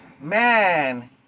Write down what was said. man